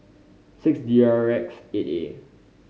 six D R X eight A